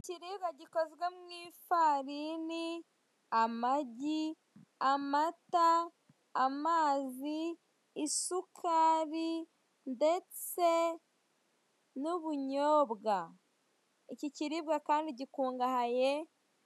Ikiribwa gikoze mu ifarini, amagi, amata, amazi, isukari ndetse n'ubunyobwa. Iki kiribwa kandi gikungahaye